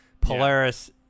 Polaris